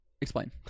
Explain